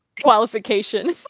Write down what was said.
qualification